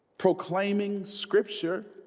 proclaiming scripture,